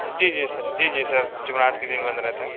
جی جی سر جی جی سر جمعرات کے دِن بند رہتا ہے